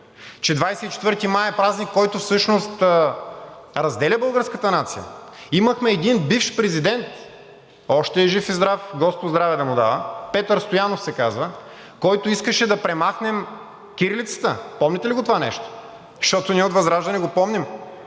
че 24 май е празник, който всъщност разделя българската нация. Имахме един бивш президент – още е жив и здрав, господ здраве да му дава, Петър Стоянов се казва, който искаше да премахнем кирилицата. Помните ли го това нещо, защото ние от ВЪЗРАЖДАНЕ го помним?